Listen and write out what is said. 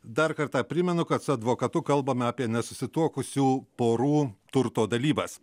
dar kartą primenu kad su advokatu kalbame apie nesusituokusių porų turto dalybas